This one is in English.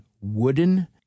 wooden